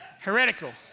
Heretical